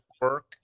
work